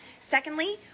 Secondly